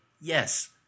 yes